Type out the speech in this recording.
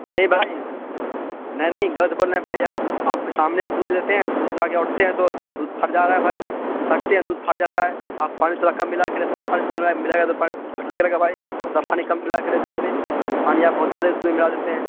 نہیں بھائی نہیں نہیں غلط بول رہے ہیں بھائی آپ آپ کے سامنے ہم دودھ لیتے ہیں دودھ لا کے اونٹے ہیں تو دودھ پھٹ جا رہا ہے بھائی رکھتے ہی دودھ پھٹ جاتا ہے آپ پانی تھورا کم ملایا کریں اتنا پانی دودھ میں ملائیے گا تو پانی پھٹبے کرے گا بھائی پانی کم ملایا کرے دودھ میں پانی آپ بہت زیادے دودھ میں ملا دیتے ہیں